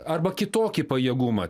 arba kitokį pajėgumą